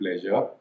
pleasure